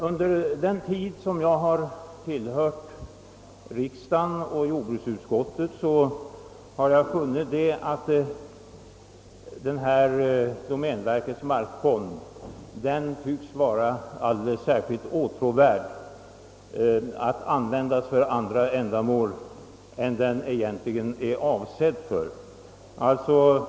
Under den tid som jag har tillhört riksdagen och jordbruksutskottet har jag funnit att domänverkets markfond tycks vara alldeles särskilt åtråvärd för motionärer att användas för andra ändamål än den egentligen är avsedd för.